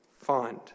find